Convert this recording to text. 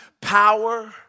power